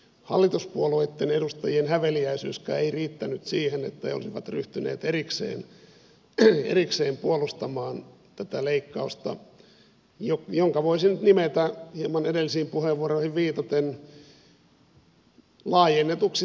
hallituspuolueitten edustajien häveliäisyyskään ei riittänyt siihen että he olisivat ryhtyneet erikseen puolustamaan tätä leikkausta jonka voisin nyt nimetä hieman edellisiin puheenvuoroihin viitaten laajennetuksi taitetuksi indeksiksi